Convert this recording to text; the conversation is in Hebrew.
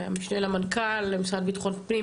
המשנה למנכ"ל המשרד לביטחון הפנים,